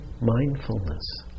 mindfulness